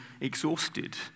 exhausted